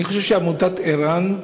אני חושב שעמותת ער"ן,